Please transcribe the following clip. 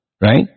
right